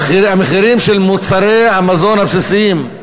המחירים של מוצרי המזון הבסיסיים.